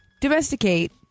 domesticate